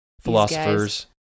philosophers